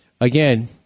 again